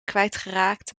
kwijtgeraakt